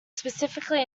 specifically